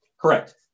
Correct